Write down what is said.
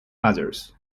others